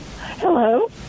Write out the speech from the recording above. Hello